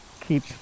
keep